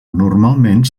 normalment